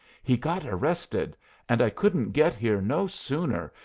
he got arrested and i couldn't get here no sooner,